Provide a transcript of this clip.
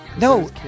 No